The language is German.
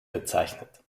bezeichnet